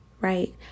right